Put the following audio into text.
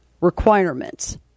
requirements